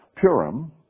Purim